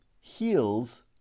heals